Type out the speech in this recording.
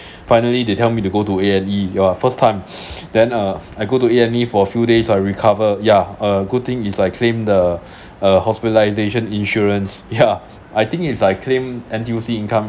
finally they tell me to go to A_&_E ya first time then uh I go to a and e for few days I recovered yeah uh good thing is I claim the uh hospitalisation insurance yeah I think is I claim N_T_U_C income